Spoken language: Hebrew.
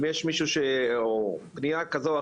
אם יש פניה כזו,